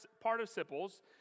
participles